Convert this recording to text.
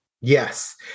Yes